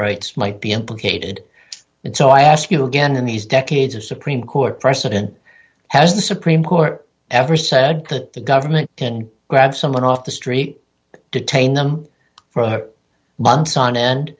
rights might be implicated and so i ask you again in these decades of supreme court precedent has the supreme court ever said that the government can grab someone off the street detain them for months on end